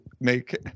make